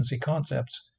concepts